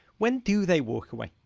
when do they walk away?